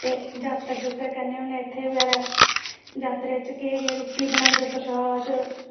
ते जात्तर करने होन्ने इत्थै बगैरा जात्तरै च केह् रुट्टी बगैरा बनांदे प्रशाद